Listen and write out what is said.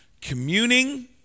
communing